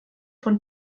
von